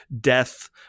death